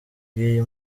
bw’iyi